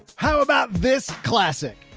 how about this classic